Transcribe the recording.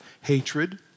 hatred